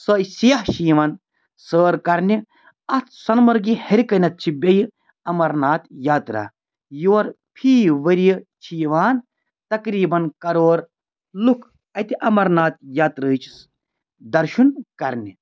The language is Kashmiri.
سۄے سِیاح چھِ یِوان سٲر کرنہِ اَتھ سۄنہٕ مرگہِ ہیٚرِ کَنٮ۪تھ چھِ بیٚیہِ اَمرناتھ یاترا یور فی ؤریہِ چھِ یِوان تقریٖباً کرور لُکھ اَتہِ امرناتھ یاتراہٕچس درشُن کرنہِ